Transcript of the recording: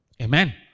Amen